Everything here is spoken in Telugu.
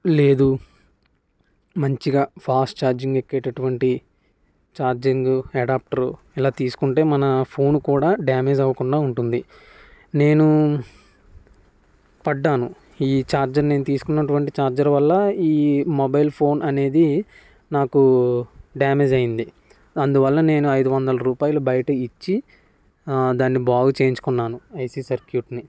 లేదు మంచిగా ఫాస్ట్ ఛార్జింగ్ ఎక్కేటటువంటి ఛార్జింగ్ ఎడాప్టర్ ఇలా తీసుకుంటే మన ఫోన్ కూడా డ్యామేజ్ అవ్వకుండా ఉంటుంది నేను పడ్డాను ఈ చార్జర్ నేను తీసుకున్నటువంటి చార్జర్ వల్ల ఈ మొబైల్ ఫోన్ అనేది నాకు డ్యామేజ్ అయింది అందువల్ల నేను ఐదు వందల రూపాయలు బయట ఇచ్చి దాన్ని బాగు చేయించుకున్నాను ఐసి సర్క్యూట్ని